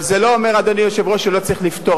אבל זה לא אומר, אדוני היושב-ראש, שלא צריך לפתור.